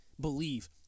believe